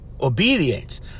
obedience